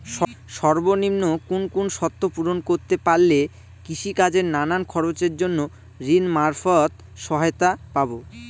সর্বনিম্ন কোন কোন শর্ত পূরণ করতে পারলে কৃষিকাজের নানান খরচের জন্য ঋণ মারফত সহায়তা পাব?